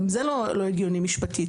גם זה לא הגיוני משפטית.